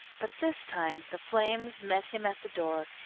but this time the flames met him at the door,